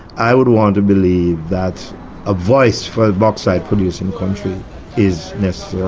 i would want to believe that a voice for the bauxite producing countries is necessary.